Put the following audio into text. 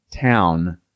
town